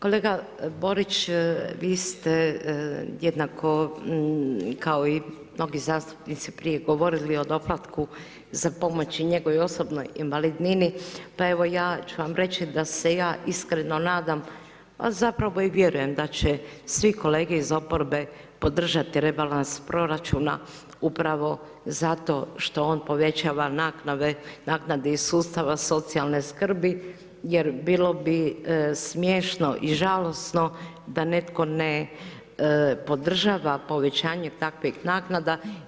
Kolega Borić, vi ste jednako, kao i mnogi zastupnici prije govorili o doplatku za pomoć i njegu i osobnoj invalidnini, pa evo, ja ću vam reći da se ja iskreno nadam, a zapravo i vjerujem da će svi kolege iz oporbe podržati rebalans proračuna upravo zato što on povećava naknadni sustav socijalne skrbi jer bilo bi smiješno i žalosno da netko ne podržava povećanje takvih naknada.